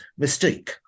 Mystique